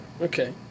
okay